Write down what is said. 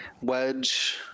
Wedge